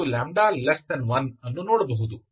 ಆದ್ದರಿಂದ ನಾವು λ1 ಮತ್ತು λ1 ಅನ್ನು ನೋಡಬಹುದು